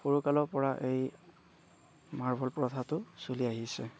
সৰু কালৰ পৰা এই মাৰ্বল প্ৰথাটো চলি আহিছে